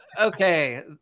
Okay